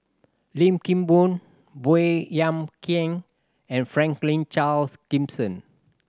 Lim Kim Boon Baey Yam Keng and Franklin Charles Gimson